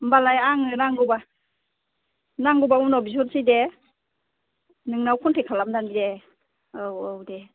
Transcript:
होनबालाय आङो नांगौबा नांगौबा उनाव बिहरसै दे नोंनाव खनथेक खालामनानै दे औ औ दे